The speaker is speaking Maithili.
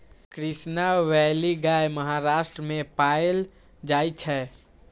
कृष्णा वैली गाय महाराष्ट्र मे पाएल जाइ छै